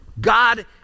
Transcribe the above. God